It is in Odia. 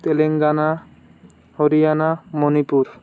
ତେଲେଙ୍ଗାନା ହରିୟାଣା ମଣିପୁର